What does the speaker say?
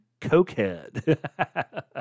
cokehead